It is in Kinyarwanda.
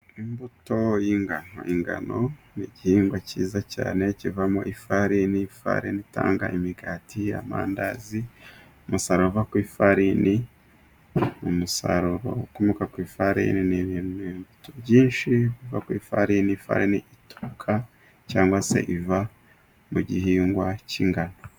Imbuto y'ingano, ni igihingwa cyiza cyane kivamo ifarini, ifarini itanga imigati, amandazi. Umusaruro uva ku ifarini ni umusaruro ukomoka ku ifarini, ni ibintu byinshi biva ku rifarini, ifarini ituruka cyangwa se cyangwa se iva mu gihingwa cy'ingano.